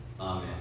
Amen